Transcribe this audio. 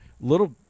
little